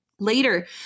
Later